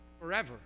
forever